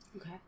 Okay